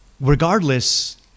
regardless